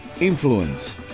Influence